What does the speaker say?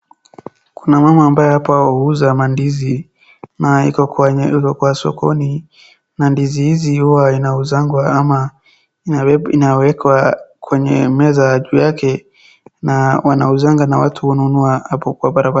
Kuna mama ambaye hapa huuza mandizi na iko kwa sokoni na ndizi hizi huwa inauzangwa ama inawekwa kwenye meza juu yake na wanauzangwa watu wananunua hapo kwa barababara